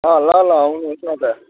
अँ ल ल आउनुहोस् न त